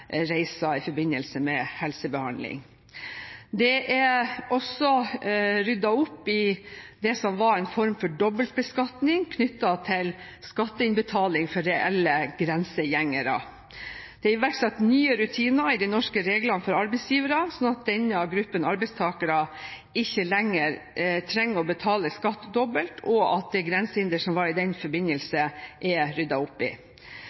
i forbindelse med helsebehandling. Det er også ryddet opp i det som var en form for dobbeltbeskatning knyttet til skatteinnbetaling for reelle grensegjengere. Det er iverksatt nye rutiner i de norske reglene for arbeidsgivere, sånn at denne gruppen arbeidstakere ikke lenger trenger å betale skatt dobbelt, og at det grensehinderet som var i den forbindelse, er ryddet opp i.